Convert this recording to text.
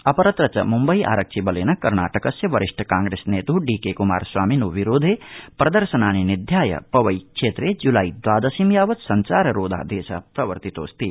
अपरत्र च मुम्बई आरक्षिबलेन कर्णाटकस्य वरिष्ठ कांग्रेस नेत्ः डी के कुमार स्वामिनो विरोधे प्रदर्शनानि निध्याय पवई क्षेत्रे जुलाई द्वादशीं यावत् सब्चाररोधादेश प्रवर्तितोऽस्ति